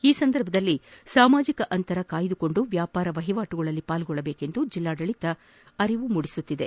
ಈ ಸಂದರ್ಭದಲ್ಲಿ ಸಾಮಾಜಿಕ ಅಂತರ ಕಾಯ್ದು ಕೊಂಡು ವ್ಯಾಪಾರ ಮಹಿವಾಟುಗಳಲ್ಲಿ ಪಾಲ್ಗೊಳ್ಳುವಂತೆ ಜಿಲ್ಲಾಡಳಿತ ಅರಿವು ಮೂಡಿಸುತ್ತಿದೆ